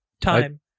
time